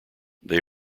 they